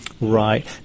Right